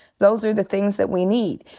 those are the things that we need.